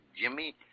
Jimmy